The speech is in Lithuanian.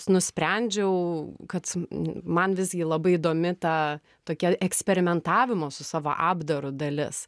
nusprendžiau kad man visgi labai įdomi ta tokie eksperimentavimo su savo apdaru dalis